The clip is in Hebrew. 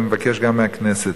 ואני מבקש גם מהכנסת: